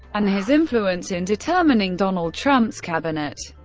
and his influence in determining donald trump's cabinet.